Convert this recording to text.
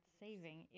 saving